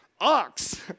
ox